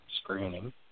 screening